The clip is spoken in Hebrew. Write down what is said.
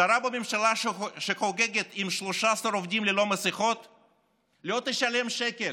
שרה בממשלה שחוגגת עם 13 עובדים ללא מסכות לא תשלם שקל.